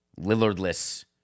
Lillardless